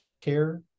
care